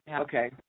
Okay